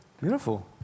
Beautiful